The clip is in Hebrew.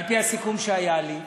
על-פי הסיכום שהיה לי,